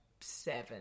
seven